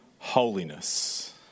holiness